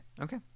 Okay